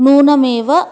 नूनमेव